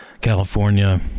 California